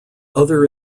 other